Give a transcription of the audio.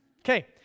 Okay